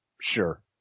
Sure